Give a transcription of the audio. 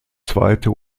zweite